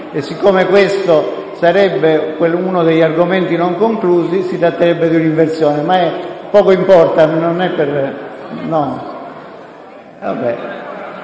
Siccome questo sarebbe uno degli argomenti non conclusi, si tratterebbe di un'inversione, ma poco importa. Ad ogni modo, non cambia